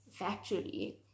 factually